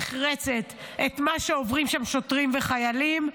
ונחרצת את מה שעוברים שם שוטרים וחיילים,